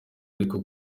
ariko